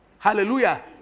Hallelujah